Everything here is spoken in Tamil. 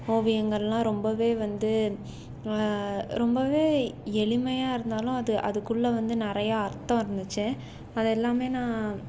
ஓவியங்களெலாம் ரொம்பவே வந்து ரொம்பவே எளிமையாக இருந்தாலும் அது அதுக்குள்ளே வந்து நிறையா அர்த்தம் இருந்துச்சு அது எல்லாமே நான்